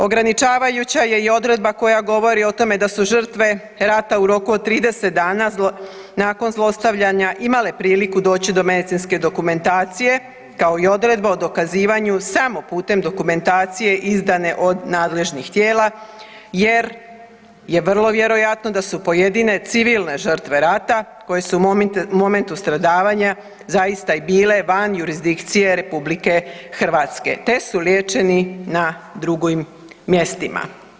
Ograničavajuća je i odredba koja govori o tome da su žrtve rata u roku od 30 dana nakon zlostavljanja imale priliku doći do medicinske dokumentacije kao i odredba o dokazivanju samo putem dokumentacije izdane od nadležnih tijela, jer je vrlo vjerojatno da su pojedine civilne žrtve rata koje su u momentu stradavanja zaista i bile van jurisdikcije RH, te su liječeni na drugim mjestima.